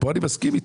אני מסכים איתו.